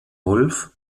wolf